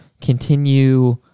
continue